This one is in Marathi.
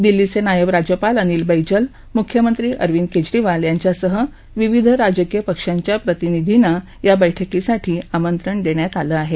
दिल्लीचे नायब राज्यपाल अनिल बैजल मुख्यमंत्री अरविंद केजरीवाल यांच्यासह विविध राजकीय पक्षांच्या प्रतिनिधींना या बैठकीसाठी आमंत्रण देण्यात आलं आहे